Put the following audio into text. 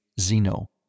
Zeno